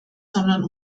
sondern